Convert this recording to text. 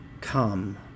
come